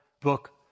book